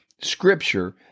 scripture